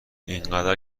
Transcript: اینقدر